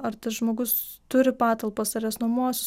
ar tas žmogus turi patalpas ar jas nuomosis